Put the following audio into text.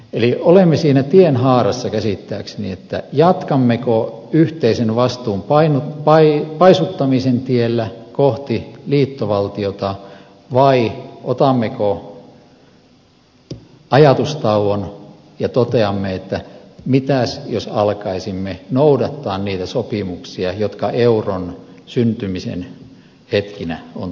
eli olemme siinä tienhaarassa käsittääkseni jatkammeko yhteisen vastuun paisuttamisen tiellä kohti liittovaltiota vai otammeko ajatustauon ja toteamme että mitäs jos alkaisimme noudattaa niitä sopimuksia jotka euron syntymisen hetkinä on tehty